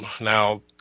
Now